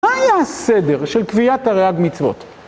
מה היה הסדר של קביעת תרי״ג מצוות?